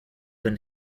than